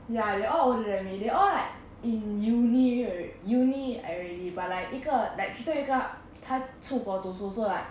ya they're all older than me they all like in uni alre~ uni already but like 一个 like 此中一个他出国读书 so like